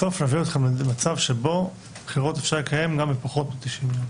בסוף יביאו אתכם למצב שבו בחירות אפשר לקיים גם בפחות מ-90 יום.